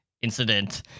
incident